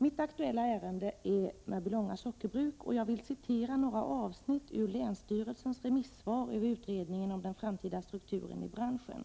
Mitt aktuella ärende gäller Mörbylånga sockerbruk, och jag vill citera några avsnitt ur länsstyrelsens remissvar över utredningen om den framtida strukturen i branschen: